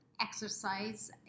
exercise